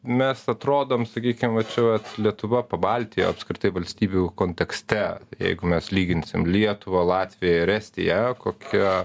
mes atrodom sakykim vat čia vat lietuva pabaltijo apskritai valstybių kontekste jeigu mes lyginsim lietuvą latviją ir estiją kokia